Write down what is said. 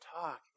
talk